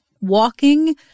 Walking